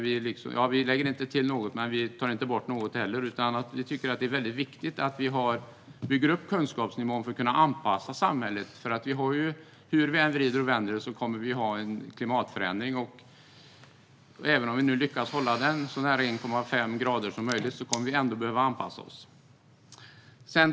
Vi lägger inte till något, men vi tar inte heller bort något. Det är viktigt att vi bygger upp kunskapsnivån för att kunna anpassa samhället. Hur vi än vänder och vrider på det kommer det att bli en klimatförändring. Även om vi lyckas hålla den så nära 1,5 grader som möjligt kommer vi ändå att behöva anpassa oss.